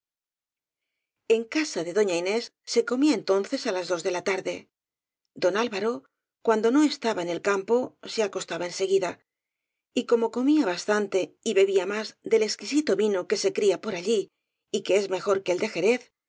en casa de doña inés se comía entonces á las dos de la tarde don alvaro cuando no estaba en el campo se acostaba en seguida y como comía bas tante y bebía más del exquisito vino que se cría por allí y que es mejor que el de jerez